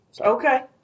Okay